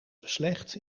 beslecht